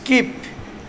skip